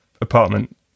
apartment